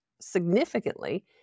significantly